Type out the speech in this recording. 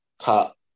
top